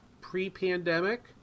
pre-pandemic